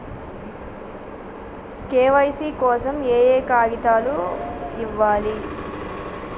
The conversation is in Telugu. కే.వై.సీ కోసం ఏయే కాగితాలు ఇవ్వాలి?